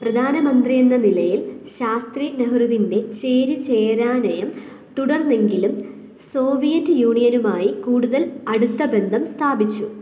പ്രധാനമന്ത്രിയെന്ന നിലയിൽ ശാസ്ത്രി നെഹ്രുവിന്റെ ചേരിചേരാനയം തുടർന്നെങ്കിലും സോവിയറ്റ് യൂണിയനുമായി കൂടുതല് അടുത്ത ബന്ധം സ്ഥാപിച്ചു